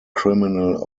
criminal